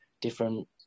different